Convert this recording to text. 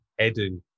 Edu